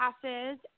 classes